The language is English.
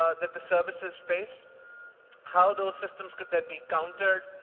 ah that the services face how those systems could that be countered.